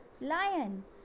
lion